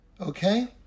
okay